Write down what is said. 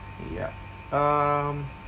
ya um